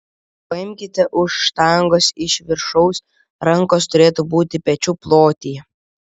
paimkite už štangos iš viršaus rankos turėtų būti pečių plotyje